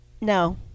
No